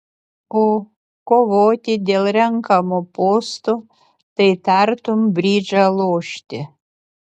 o kovoti dėl renkamo posto tai tartum bridžą lošti